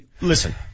listen